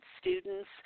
Students